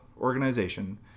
organization